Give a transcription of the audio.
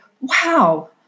wow